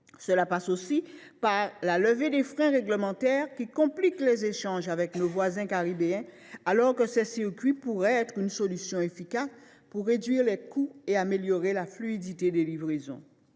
Cela passe aussi par la levée des freins réglementaires qui compliquent les échanges avec nos voisins caribéens, alors que ces circuits pourraient être une solution efficace pour réduire les coûts et améliorer la fluidité des livraisons.